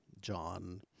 john